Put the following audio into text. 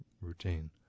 routine